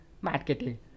marketing